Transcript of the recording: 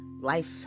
life